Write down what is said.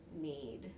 need